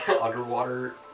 underwater